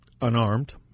unarmed